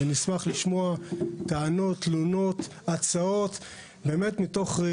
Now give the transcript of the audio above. נשמח לשמוע טענות, תלונות והצעות, כדי